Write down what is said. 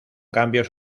cambios